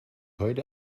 heute